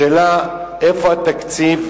השאלה, איפה התקציב?